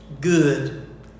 good